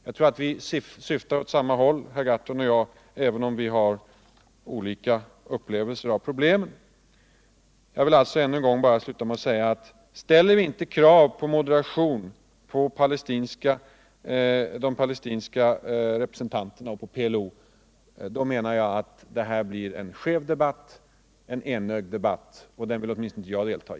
Per Gahrton och jag syftar åt samma håll, tror jag, även om vi har olika upplevelser av problemen. Jag vill sluta med att än en gång säga att om vi inte ställer krav på moderation hos de palestinska representanterna och på PLO blir detta en skev och enögd debatt. En sådan vill åtminstone inte jag delta i.